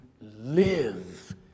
live